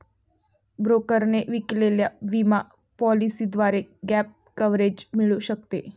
ब्रोकरने विकलेल्या विमा पॉलिसीद्वारे गॅप कव्हरेज मिळू शकते